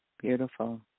beautiful